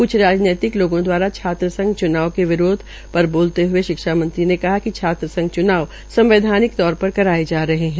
क्छ राजनीतिक लोगो द्वारा छात्र संघ च्नाव के विरोध पर बोलते हए शिक्षा मंत्री ने कहा कि छात्र संघ चूनाव सवैधानिक तोर करवाये जा रहे है